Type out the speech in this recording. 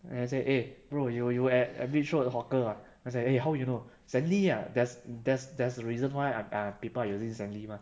then I say eh bro you you at at beach road hawker ah then he say eh how you know zenly ah there's there's there's a reason why I I'm err people using this zenly mah